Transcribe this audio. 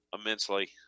immensely